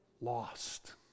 lost